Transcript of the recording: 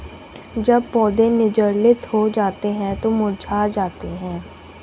जब पौधे निर्जलित हो जाते हैं तो मुरझा जाते हैं